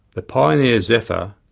the pioneer zephyr,